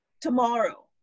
tomorrow